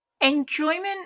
enjoyment